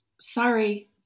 sorry